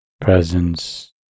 presence